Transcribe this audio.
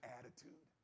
attitude